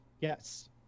Yes